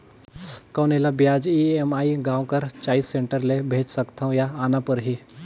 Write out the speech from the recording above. कौन एला ब्याज ई.एम.आई गांव कर चॉइस सेंटर ले भेज सकथव या आना परही?